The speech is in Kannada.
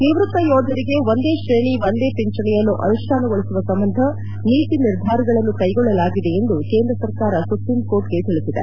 ನಿವ್ಲಕ್ತ ಯೋಧರಿಗೆ ಒಂದೇ ಕ್ರೇಣಿ ಒಂದೇ ಪಿಂಚಣಿಯನ್ನು ಅನುಷ್ಪಾನಗೊಳಿಸುವ ಸಂಬಂಧ ನೀತಿ ನಿರ್ಧಾರಗಳನ್ನು ಕ್ಲೆಗೊಳ್ಳಲಾಗಿದೆ ಎಂದು ಕೇಂದ್ರ ಸರ್ಕಾರ ಸುಪ್ರಿಂಕೋರ್ಟ್ಗೆ ತಿಳಿಸಿದೆ